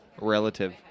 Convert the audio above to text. relative